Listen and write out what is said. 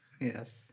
Yes